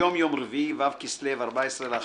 היום יום רביעי, ו' בכסלו, 14 בנובמבר,